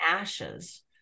ashes